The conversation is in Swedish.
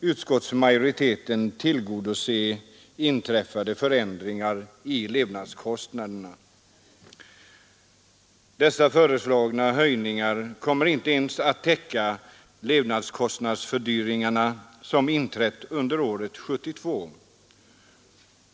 utskottsmajoriteten täcka inträffade förändringar i levnadskostnader. Dessa föreslagna höjningar kommer inte ens att täcka den levnadskostnadsfördyring som inträtt under år 1972.